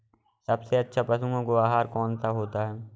सबसे अच्छा पशुओं का आहार कौन सा होता है?